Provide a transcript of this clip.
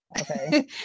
Okay